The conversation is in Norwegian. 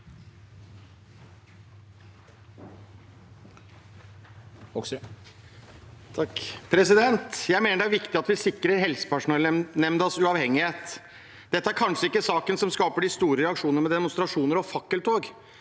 Jeg mener det er viktig at vi sikrer helsepersonellnemndas uavhengighet. Dette er kanskje ikke saken som skaper de store reaksjonene med demonstrasjoner og fakkeltog,